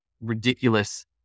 ridiculous